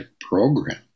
program